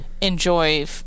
enjoy